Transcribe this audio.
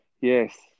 yes